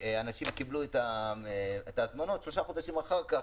אנשים קיבלו את ההזמנות שלושה חודשים אחר כך,